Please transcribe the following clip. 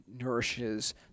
nourishes